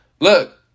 look